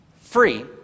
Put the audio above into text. free